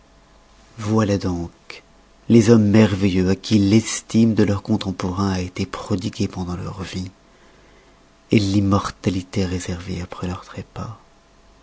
voilà donc les hommes merveilleux à qui l'estime de leurs contemporains a été prodiguée pendant leur vie l'immortalité réservée après leur